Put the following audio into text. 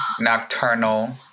nocturnal